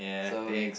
so it's